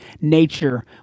nature